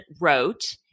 wrote